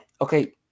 Okay